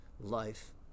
life